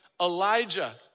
Elijah